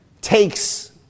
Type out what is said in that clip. takes